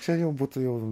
čia jau būtų jau